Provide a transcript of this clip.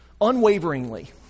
unwaveringly